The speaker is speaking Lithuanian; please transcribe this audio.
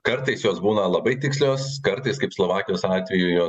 kartais jos būna labai tikslios kartais kaip slovakijos atveju jos